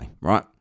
right